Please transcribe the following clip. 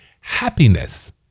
happiness